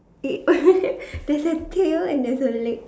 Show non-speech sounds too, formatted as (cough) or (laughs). eh (laughs) there's a tail and there's a leg